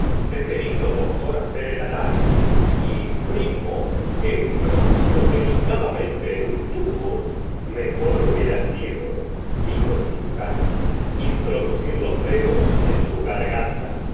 he querido doctor hacer el análisis y c primo he introducido delicadamente en un tubo mejor hubiera sido dijo el cirujano introducir los dedos en su garganta